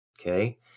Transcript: okay